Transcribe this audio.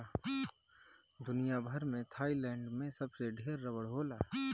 दुनिया भर में थाईलैंड में सबसे ढेर रबड़ होला